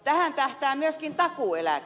tähän tähtää myöskin takuueläke